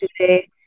today